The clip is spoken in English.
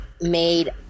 made